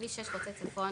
כביש 6 חוצה צפון,